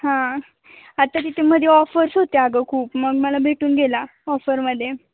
हां आता तिथे मध्ये ऑफर्स होते अगं खूप मग मला भेटून गेला ऑफरमध्ये